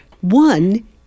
One